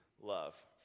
love